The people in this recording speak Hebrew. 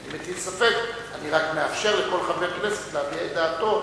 אני רק מאפשר לכל חבר כנסת להביע את דעתו